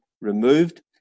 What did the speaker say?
removed